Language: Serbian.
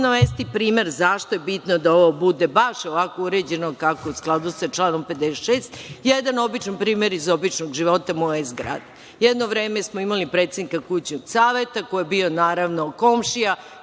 navesti primer zašto je bitno da ovo bude baš ovako uređeno kako u skladu sa članom 56.Jedan običan primer iz običnog života moje zgrade. Jedno vreme smo imali predsednika kućnog saveta koji je bio komšija,